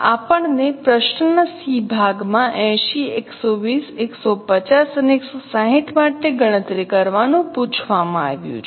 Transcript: હવે આપણને પ્રશ્નનાં સી ભાગમાં 80 120 150 અને 160 માટે ગણતરી કરવાનું પૂછવામાં આવ્યું છે